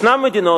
יש בעולם מדינות,